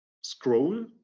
scroll